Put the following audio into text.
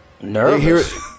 Nervous